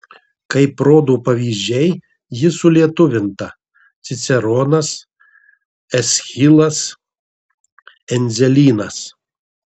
kaip rodo pavyzdžiai ji sulietuvinta ciceronas eschilas endzelynas